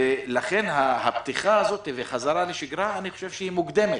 לכן אני חושב שהפתיחה הזו והחזרה לשגרה מוקדמת.